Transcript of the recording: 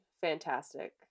fantastic